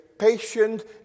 Patient